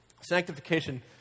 Sanctification